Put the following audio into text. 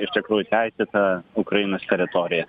iš tikrųjų teisėta ukrainos teritorija